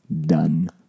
done